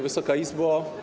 Wysoka Izbo!